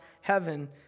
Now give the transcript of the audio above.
heaven